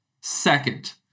second